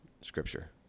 scripture